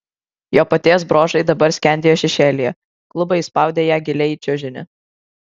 jo paties bruožai dabar skendėjo šešėlyje klubai įspaudė ją giliai į čiužinį